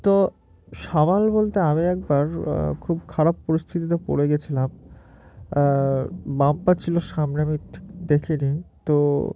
তো সামাল বলতে আমি একবার খুব খারাপ পরিস্থিতিতে পড়ে গিয়েছিলাম বাম্পার ছিল সামনে আমি দেখ নিই তো